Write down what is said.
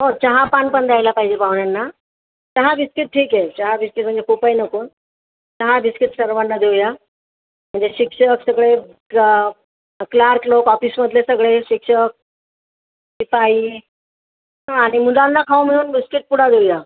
हो चहापान पण द्यायला पाहिजे पाहुण्यांना चहा बिस्किट ठीक आहे चहा बिस्किट म्हणजे खूपही नको चहा बिस्किट सर्वांना देऊया म्हणजे शिक्षक सगळे क्ल क्लार्क लोक ऑफिसमधले सगळे शिक्षक शिपाई आणि मुलांना खाऊ मिळून बिस्किट पुडा देऊया